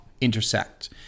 intersect